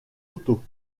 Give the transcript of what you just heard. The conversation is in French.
auto